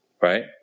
Right